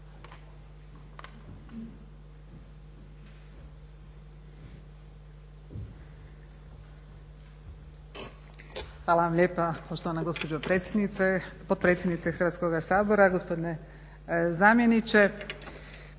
Hvala vam lijepa poštovana gospođo potpredsjednice Hrvatskoga sabora. Gospodine zamjeniče.